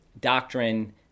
doctrine